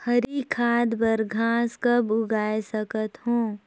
हरी खाद बर घास कब उगाय सकत हो?